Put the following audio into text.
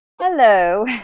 Hello